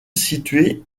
située